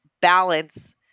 balance